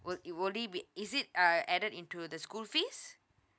would will it be is it uh added into the school fees